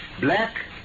Black